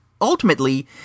ultimately